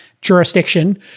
jurisdiction